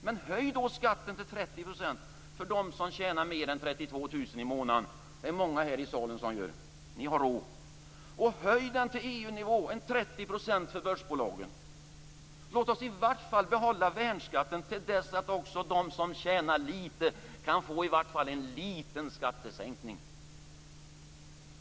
Men höj då skatten till Det är många här i salen som gör det, ni har råd. Höj skatten till EU-nivån 30 % för börsbolagen. Låt oss i vart fall behålla värnskatten till dess att också de som tjänar litet kan få en liten skattesänkning.